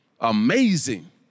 amazing